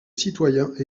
citoyens